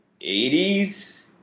80s